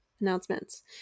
announcements